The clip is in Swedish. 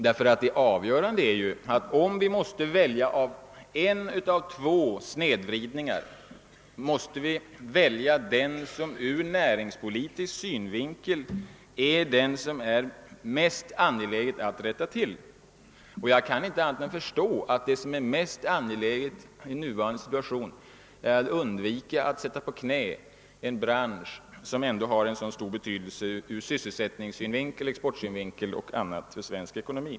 Det avgörande är att om vi måste välja en av två snedvridningar, måste vi välja den som det ur näringspolitisk synvinkel är mest angeläget att rätta till, och jag kan inte förstå annat än att det mest angelägna i nuvarande situation är att undvika att bringa på knä en bransch som har så stor betydelse för svensk ekonomi ur sysselsättningssynvinkel och exportsynvinkel.